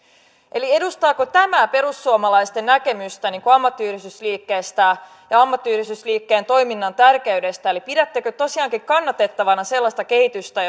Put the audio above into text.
eli edustaako tämä perussuomalaisten näkemystä ammattiyhdistysliikkeestä ja ammattiyhdistysliikkeen toiminnan tärkeydestä eli pidättekö tosiaankin kannatettavana sellaista kehitystä